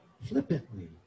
flippantly